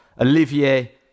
Olivier